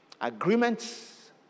agreements